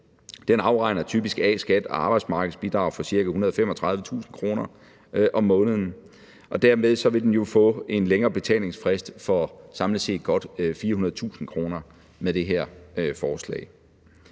Den afregner typisk A-skat og arbejdsmarkedsbidrag for ca. 135.000 kr. om måneden, og dermed vil den jo få en længere betalingsfrist for samlet set godt 400.000 kr. med det her forslag.